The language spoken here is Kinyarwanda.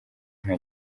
nta